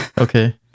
Okay